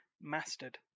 mastered